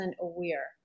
aware